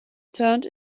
turned